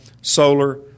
solar